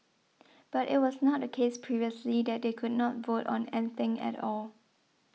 but it was not the case previously that they could not vote on anything at all